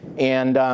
and